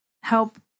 help